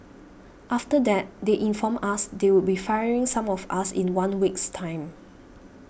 after that they informed us they would be firing some of us in one week's time